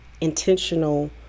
intentional